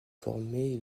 formée